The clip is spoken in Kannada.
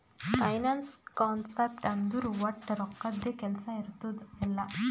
ಫೈನಾನ್ಸ್ ಕಾನ್ಸೆಪ್ಟ್ ಅಂದುರ್ ವಟ್ ರೊಕ್ಕದ್ದೇ ಕೆಲ್ಸಾ ಇರ್ತುದ್ ಎಲ್ಲಾ